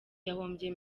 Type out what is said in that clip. yahombye